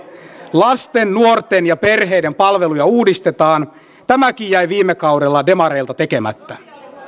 lasten nuorten ja perheiden palveluja uudistetaan tämäkin jäi viime kaudella demareilta tekemättä